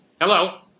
Hello